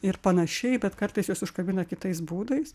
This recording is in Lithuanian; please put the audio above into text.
ir panašiai bet kartais juos užkabina kitais būdais